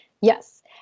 Yes